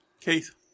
Keith